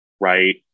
right